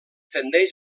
tendeix